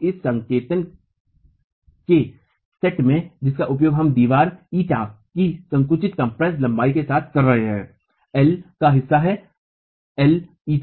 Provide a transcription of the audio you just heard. तो इस संकेतन के सेट में जिसका उपयोग हम दीवार ηईटा की संकुचित लंबाई के साथ कर रहे हैं जो l एल का हिस्सा है l η